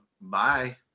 Bye